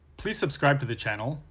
please subscribe to the channel,